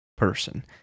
person